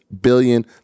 billion